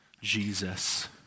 Jesus